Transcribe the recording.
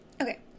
Okay